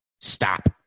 Stop